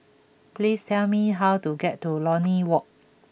please tell me how to get to Lornie Walk